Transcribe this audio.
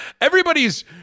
everybody's